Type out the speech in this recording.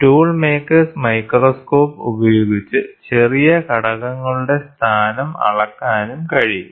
tool makers microscope Tool Maker's Microscope ഉപയോഗിച്ച് ചെറിയ ഘടകങ്ങളുടെ സ്ഥാനം അളക്കാനും കഴിയും